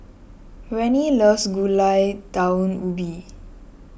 Rennie loves Gulai Daun Ubi